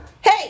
Hey